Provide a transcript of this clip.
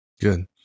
Good